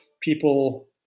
people